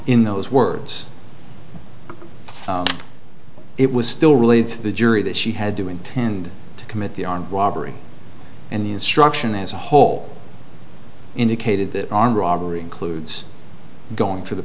in those words it was still relayed to the jury that she had do intend to commit the armed robbery and the instruction as a whole indicated that armed robbery includes going for the